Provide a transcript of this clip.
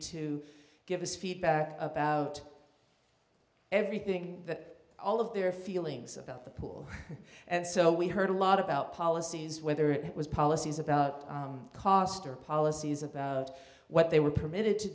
to give us feedback about everything that all of their feelings about the pool and so we heard a lot about policies whether it was policies about cost or policies about what they were permitted to